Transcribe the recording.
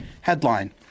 Headline